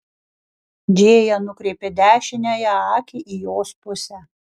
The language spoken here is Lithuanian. džėja nukreipė dešiniąją akį į jos pusę